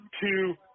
two